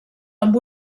amb